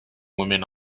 woman